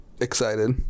excited